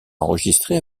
enregistré